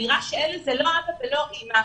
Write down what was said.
נראה שאין לזה לא אבא ולא אימא.